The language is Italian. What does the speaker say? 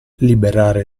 liberare